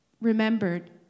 remembered